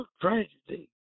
tragedy